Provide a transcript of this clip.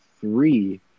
three